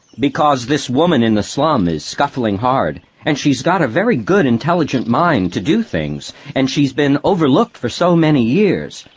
because this woman in the slum is scuffling hard, and she's got a very good intelligent mind to do things, and she's been overlooked for so many years.